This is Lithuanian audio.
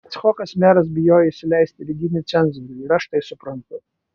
icchokas meras bijojo įsileisti vidinį cenzorių ir aš tai suprantu